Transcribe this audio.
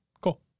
Cool